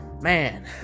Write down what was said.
Man